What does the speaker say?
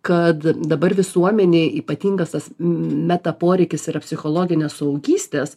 kad dabar visuomenėj ypatingas meta poreikis yra psichologinė suaugystės